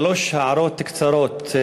שלוש הערות קצרות.